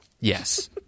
Yes